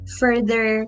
further